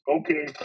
Okay